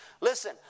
Listen